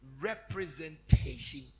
representation